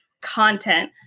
content